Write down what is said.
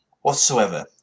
whatsoever